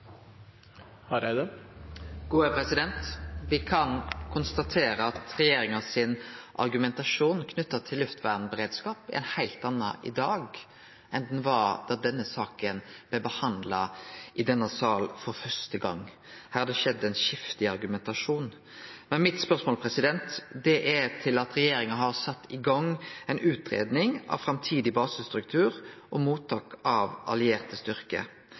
ein heilt annan i dag enn han var da denne saka blei behandla for første gong i denne salen. Her har det skjedd eit skifte i argumentasjonen. Spørsmålet mitt gjeld det at regjeringa har sett i gang ei utgreiing av framtidig basestruktur og mottak av allierte